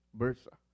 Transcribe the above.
versa